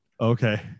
Okay